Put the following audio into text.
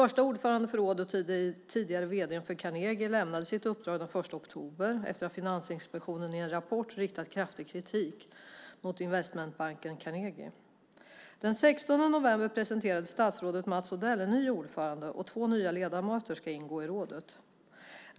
Första ordföranden för rådet, den tidigare vd:n för Carnegie, lämnade sitt uppdrag den 1 oktober efter att Finansinspektionen i en rapport riktat kraftig kritik mot investmentbanken Carnegie. Den 16 november presenterade statsrådet Mats Odell en ny ordförande, och två nya ledamöter ska ingå i rådet.